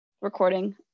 Recording